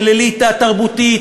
של אליטה תרבותית,